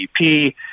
GDP